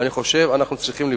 ואני חושב שאנחנו צריכים לחקור,